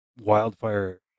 wildfire